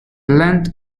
length